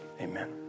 amen